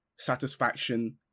satisfaction